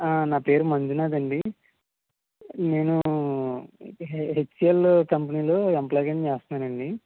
నా పేరు మంజునాథ్ అండి నేను హెచ్ సి ఎల్లో కంపెనీలో ఎంప్లాయిగాను చేస్తున్నానండి